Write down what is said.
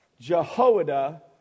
Jehoiada